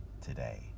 today